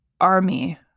army